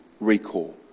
recall